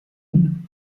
mine